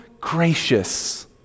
gracious